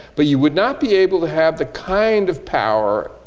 but you would not be able to have the kind of power,